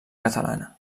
catalana